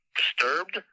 disturbed